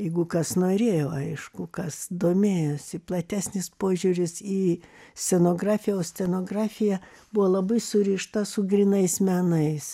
jeigu kas norėjo aišku kas domėjosi platesnis požiūris į scenografijos scenografija buvo labai surišta su grynais menais